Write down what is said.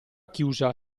chiusa